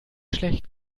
schlecht